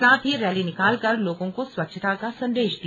साथ ही रैली निकालकर लोगों को स्वच्छता का संदेश दिया